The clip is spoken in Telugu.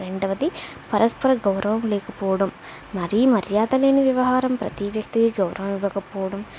రెండవది పరస్పర గౌరవం లేకపోవడం మర మర్యాద లేని వ్యవహారం ప్రతి వ్యక్తి గౌరవం ఇవ్వకపోవడం